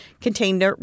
contained